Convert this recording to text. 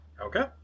Okay